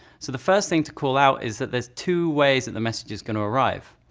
so the first thing to call out is that there's two ways that the message is going to arrive.